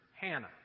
Hannah